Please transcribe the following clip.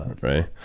right